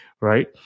right